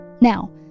Now